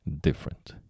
Different